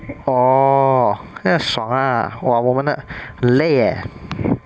orh 这样爽 ah !wah! 我们的很累 eh